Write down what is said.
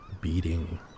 beating